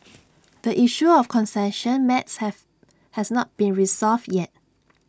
the issue of concession maps have has not been resolved yet